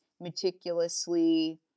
meticulously